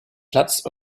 platz